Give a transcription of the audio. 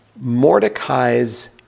Mordecai's